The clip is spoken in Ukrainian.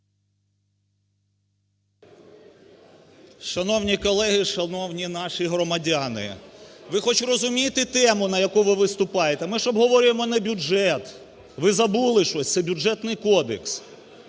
Шановні колеги, шановні наші громадяни! Ви хоч розумієте тему, на яку ви виступаєте? Ми ж обговорюємо не бюджет, ви забули щось, це Бюджетний кодекс.